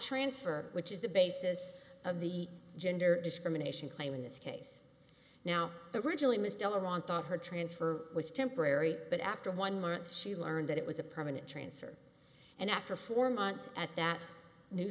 transfer which is the basis of the gender discrimination claim in this case now the originally ms delamont thought her transfer was temporary but after one month she learned that it was a permanent transfer and after four months at that new